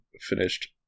finished